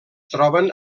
troben